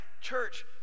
church